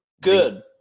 Good